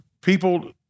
People